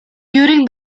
during